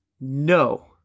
No